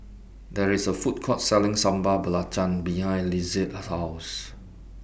There IS A Food Court Selling Sambal Belacan behind Lizette's House